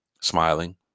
smiling